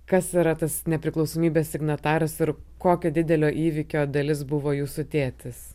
kas yra tas nepriklausomybės signataras ir kokio didelio įvykio dalis buvo jūsų tėtis